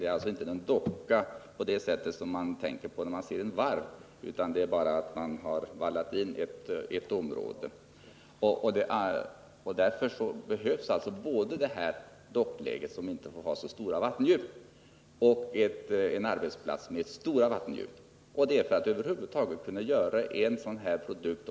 Det är inte en docka av det slag som brukar finnas vid ett varv, utan man har vallat in ett område. Om svensk industri skaffar sig order på oljeplattformar, behövs både dockläget, som inte får ha så stort vattendjup. och en arbetsplats där vattendjupet är stort.